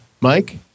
Mike